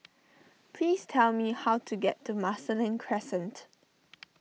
please tell me how to get to Marsiling Crescent